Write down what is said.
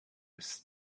was